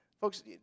folks